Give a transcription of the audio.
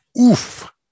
Oof